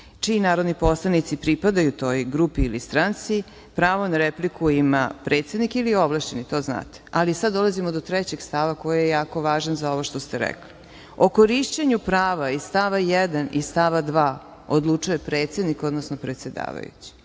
čiji narodni poslanici pripadaju toj grupi ili stranci pravo na repliku ima predsednik ili ovlašćeni. To znate. Ali, sada dolazimo do trećeg stava koji je jako važan za ovo što ste rekli. O korišćenju prava i stava 1. i stava 2. odlučuje predsednik, odnosno predsedavajući.